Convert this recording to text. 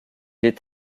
est